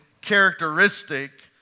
characteristic